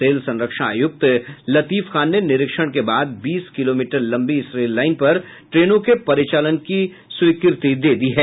rail संरक्षा आयुक्त लतीफ खान ने निरीक्षण के बाद बीस किलोमीटर लंबी इस रेल लाईन पर ट्रेनों के परिचालन की स्वीकृति दे दी है